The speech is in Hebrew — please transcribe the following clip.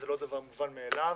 זה לא דבר מובן מאליו.